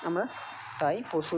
আমরা তাই পশুর